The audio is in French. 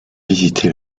visité